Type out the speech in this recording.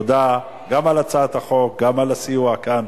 תודה גם על הצעת החוק וגם על הסיוע כאן.